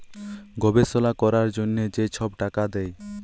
গবেষলা ক্যরার জ্যনহে যে ছব টাকা দেয়